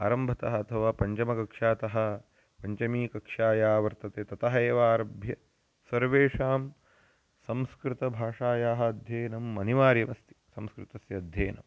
आरम्भतः अथवा पञ्चमकक्ष्यातः पञ्चमीकक्षा या वर्तते ततः एव आरभ्य सर्वेषां संस्कृतभाषायाः अध्ययनमनिवार्यमस्ति संस्कृतस्य अध्ययनम्